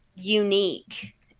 unique